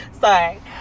sorry